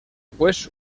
pues